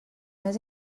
més